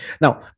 Now